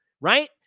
right